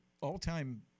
all-time